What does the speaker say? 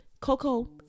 Coco